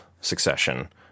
Succession